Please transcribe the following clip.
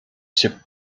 się